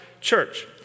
church